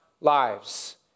lives